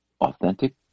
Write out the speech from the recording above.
authentic